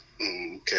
Okay